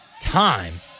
time